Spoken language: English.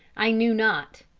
i knew not.